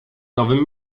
nowym